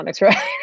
Right